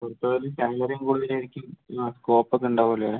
പുറത്ത് പോയാൽ സാലറിയും കൂടുതൽ ആയിരിക്കും നിങ്ങൾക്ക് സ്കോപ്പ് ഒക്കെ ഉണ്ടാകും അല്ലോ അല്ലെ